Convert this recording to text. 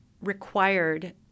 required